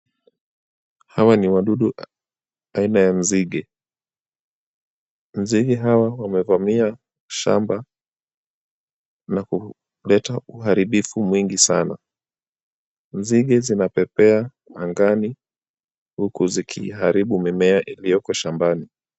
Hawa ni wadudu aina ya nzige. Nzige hawa wamevamia shamba na kuleta uharibifu mwingi sana. Nzige zinapepea angani huku zikiharibu mimea iliyoko shambani.